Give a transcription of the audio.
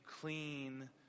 clean